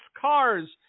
cars